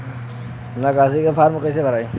निकासी के फार्म कईसे भराई?